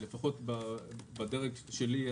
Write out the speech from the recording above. לפחות בדרג שלי,